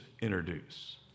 introduce